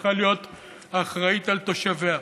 שצריכה להיות אחראית לתושביה.